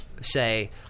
say